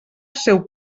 seu